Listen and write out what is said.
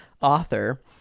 author